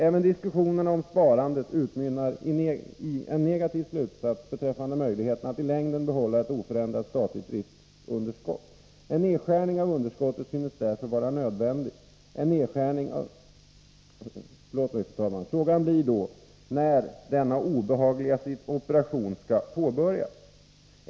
Även diskussionerna om sparandet utmynnar i en negativ slutsats beträffande möjligheten att i längden behålla ett oförändrat statligt driftsunderskott. En nedskärning av underskottet synes därför vara nödvändig. Frågan blir då när den obehagliga operationen skall påbörjas.